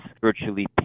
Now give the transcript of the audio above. virtually